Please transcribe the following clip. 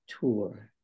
Tour